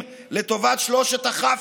הלו, תירגע.